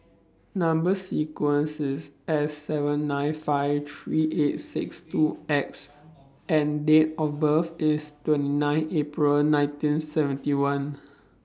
Number sequence IS S seven nine five three eight six two X and Date of birth IS twenty nine April nineteen seventy one